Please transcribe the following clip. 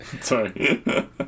Sorry